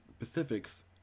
specifics